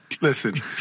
Listen